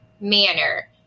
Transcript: manner